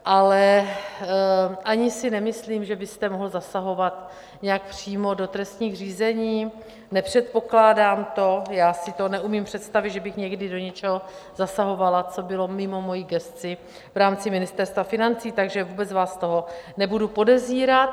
Ale ani si nemyslím, že byste mohl zasahovat nějak přímo do trestních řízení, nepředpokládám to, já si to neumím představit, že bych někdy do něčeho zasahovala, co bylo mimo moji gesci v rámci Ministerstva financí, takže vůbec vás z toho nebudu podezírat.